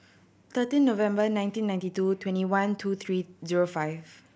thirteen November nineteen ninety two twenty one two three zero five